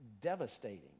devastating